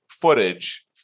footage